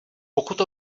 pokud